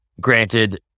Granted